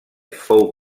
fou